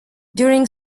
during